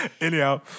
Anyhow